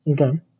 okay